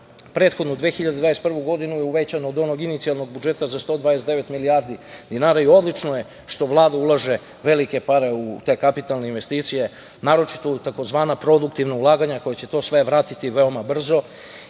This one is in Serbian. prethodnu 2021. godinu je uvećan od onog inicijalnog budžeta za 129 milijardi dinara i odlično je što Vlada ulaže velike pare u te kapitalne investicije, naročito u tzv. produktivna ulaganja koja će to sve vratiti veoma brzo